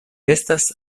estas